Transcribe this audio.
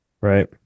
Right